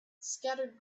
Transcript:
scattered